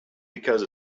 because